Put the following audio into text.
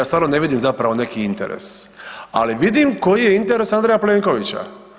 Ja stvarno ne vidim zapravo neki interes, ali vidim koji je interes Andreja Plenkovića.